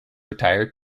retired